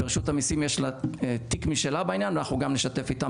ולרשות המיסים יש תיק משלה בעניין וגם נשתף איתם